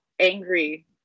angry